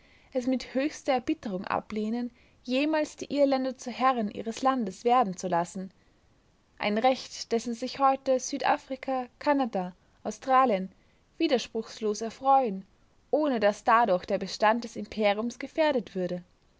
es mit höchster erbitterung ablehnen jemals die irländer zu herren ihres landes werden zu lassen ein recht dessen sich heute südafrika kanada australien widerspruchslos erfreuen ohne daß dadurch der bestand des imperiums gefährdet würde